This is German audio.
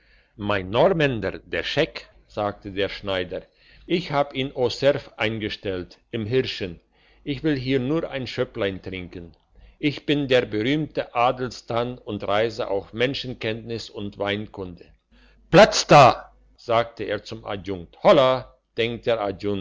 mein normänder der scheck sagte der schneider ich hab ihn au cerf eingestellt im hirschen ich will hier nur ein schöpplein trinken ich bin der berühmte adelstan und reise auf menschenkenntnis und weinkunde platz da sagte er zum adjunkt holla denkt der